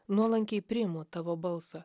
nuolankiai priimu tavo balsą